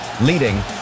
leading